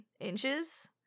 inches